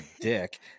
dick